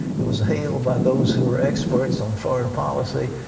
it was hailed by those who are experts on foreign policy.